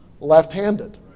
left-handed